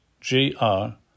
G-R